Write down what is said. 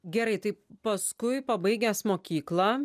gerai tai paskui pabaigęs mokyklą